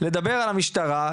לדבר על המשטרה,